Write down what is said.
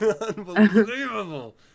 Unbelievable